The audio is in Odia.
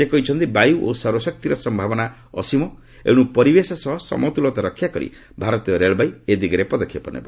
ସେ କହିଛନ୍ତି ବାୟୁ ଓ ସୌରଶକ୍ତିର ସମ୍ଭାବନା ଅସୀମ ଏଣୁ ପରିବେଶ ସହ ସମତୁଲତା ରକ୍ଷା କରି ଭାରତୀୟ ରେଳବାଇ ଏ ଦିଗରେ ପଦକ୍ଷେପ ନେବ